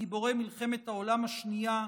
גיבורי מלחמת העולם השנייה,